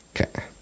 Okay